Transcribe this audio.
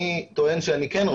אני טוען שאני כן רואה.